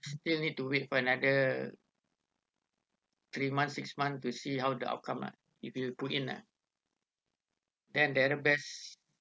still need to wait for another three month six month to see how the outcome lah if you put in ah then the other best